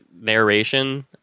narration